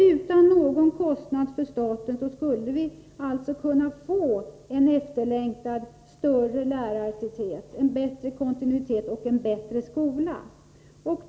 Utan någon kostnad för staten skulle vi alltså kunna få en efterlängtad större lärartäthet, en bättre kontinuitet och en bättre skola.